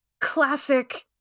classic